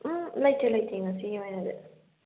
ꯎꯝ ꯂꯩꯇꯦ ꯂꯩꯇꯦ ꯉꯁꯤꯒꯤ ꯑꯣꯏꯅꯗꯤ